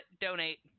donate